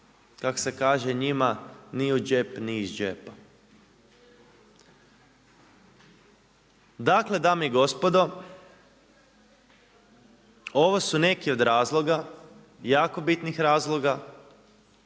kako se kaže, njima ni u džep ni iz džepa. Dakle dame i gospodo, ovo su neki od razloga, jako bitnih razloga